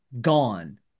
gone